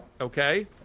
okay